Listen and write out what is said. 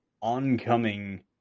oncoming